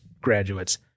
graduates